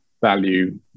value